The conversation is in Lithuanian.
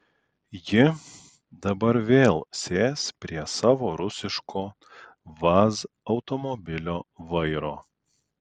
ji dabar vėl sės prie savo rusiško vaz automobilio vairo